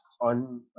on